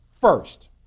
first